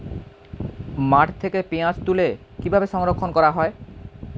মাঠ থেকে পেঁয়াজ তুলে কিভাবে সংরক্ষণ করা হয়?